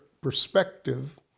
perspective